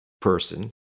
person